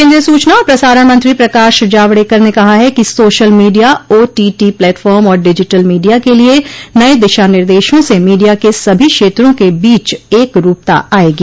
केन्द्रीय सूचना और प्रसारण मंत्री प्रकाश जावडेकर ने कहा है कि social media O T T platform और डिजिटल मीडिया के लिए नये दिशा निर्देशों से मीडिया के सभी क्षेत्रों के बीच एकरूपता आएगी